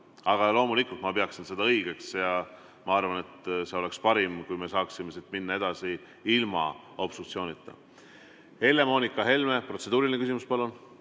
Aga loomulikult ma peaksin seda õigeks ja ma arvan, et see oleks parim, kui me saaksime siit minna edasi ilma obstruktsioonita. Helle-Moonika Helme, protseduuriline küsimus, palun!